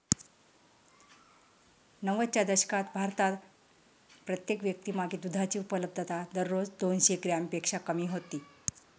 नव्वदच्या दशकात भारतात प्रत्येक व्यक्तीमागे दुधाची उपलब्धता दररोज दोनशे ग्रॅमपेक्षा कमी होती